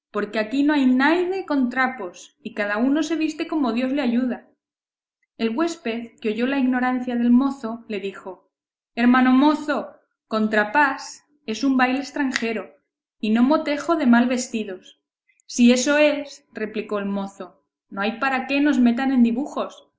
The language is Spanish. porque aquí no hay naide con trapos y cada uno se viste como dios le ayuda el huésped que oyó la ignorancia del mozo le dijo hermano mozo contrapás es un baile extranjero y no motejo de mal vestidos si eso es replicó el mozo no hay para qué nos metan en dibujos